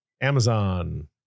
Amazon